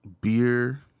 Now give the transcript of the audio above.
Beer